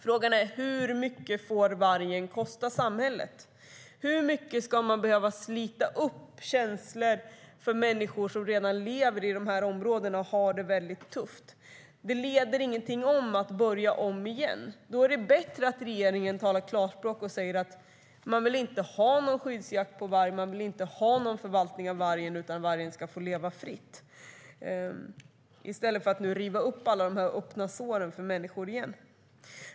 Frågan är: Hur mycket får vargen kosta samhället? Hur mycket ska man behöva slita upp känslor för människor som redan lever i de här områdena och har det tufft? Det leder inte till något att börja om igen. Då är det bättre att regeringen talar klarspråk och säger att man inte vill ha någon skyddsjakt på varg, inte vill ha någon förvaltning av varg, utan vill att vargen ska få leva fritt - i stället för att riva upp alla dessa öppna sår för människor igen.